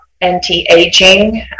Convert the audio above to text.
anti-aging